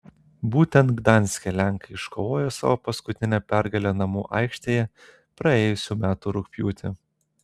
būtent gdanske lenkai iškovojo savo paskutinę pergalę namų aikštėje praėjusių metų rugpjūtį